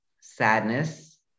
sadness